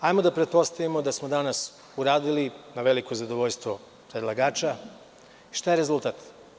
Hajde da pretpostavimo da smo danas uradili na veliko zadovoljstvo predlagača, šta je rezultat.